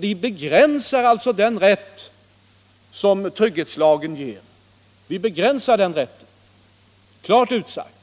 Vi begränsar alltså den rätt som trygghetslagen ger, och det är klart utsagt.